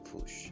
push